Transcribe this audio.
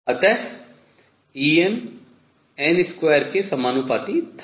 अतः En n2 के समानुपाती था